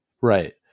right